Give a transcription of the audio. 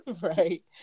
right